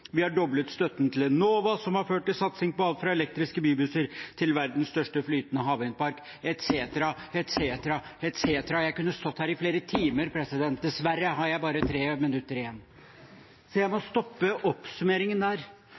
Vi har doblet støtten til Enova som har ført til satsing på alt fra elektriske bybusser til verdens største flytende havvindpark, etc., etc., etc. – Jeg kunne stått her i flere timer. Dessverre har jeg bare 3 minutter igjen. Så jeg må stoppe oppsummeringen der.